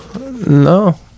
No